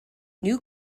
new